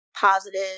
positive